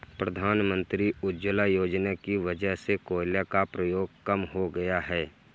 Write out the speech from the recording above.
प्रधानमंत्री उज्ज्वला योजना की वजह से कोयले का प्रयोग कम हो गया है